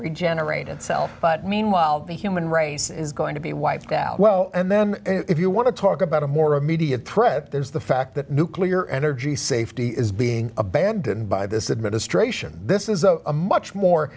regenerate itself but meanwhile the human race is going to be wiped out well and then if you want to talk about a more immediate threat there's the fact that nuclear energy safety is being abandoned by this administration this is a much more